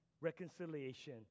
reconciliation